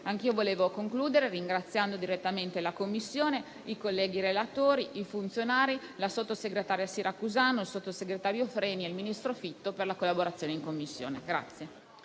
Anch'io vorrei concludere ringraziando direttamente la Commissione, i colleghi relatori, i funzionari, la sottosegretaria Siracusano, il sottosegretario Freni e il ministro Fitto per la collaborazione in Commissione.